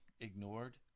ignored